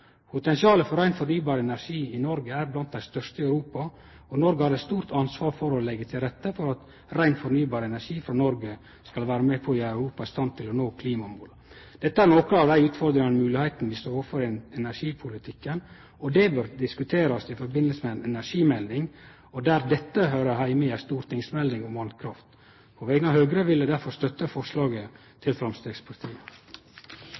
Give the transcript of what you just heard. Potensialet for rein, fornybar energi i Noreg er blant dei største i Europa, og Noreg har eit stort ansvar for å leggje til rette for at rein, fornybar energi frå Noreg er med på å gjere Europa i stand til å nå klimamåla. Dette er nokre av dei utfordringane og moglegheitene vi står overfor i energipolitikken, og det bør diskuterast i samband med ei energimelding, der det høyrer heime i ei stortingsmelding om vasskraft. På vegner av Høgre vil eg derfor støtte